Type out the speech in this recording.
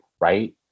right